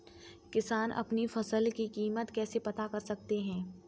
किसान अपनी फसल की कीमत कैसे पता कर सकते हैं?